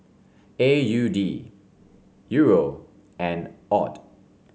A U D Euro and AUD